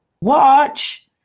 watch